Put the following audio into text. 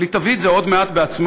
אבל היא תביא את זה עוד מעט בעצמה,